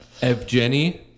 Evgeny